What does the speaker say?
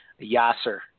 Yasser